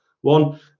One